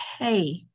okay